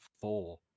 four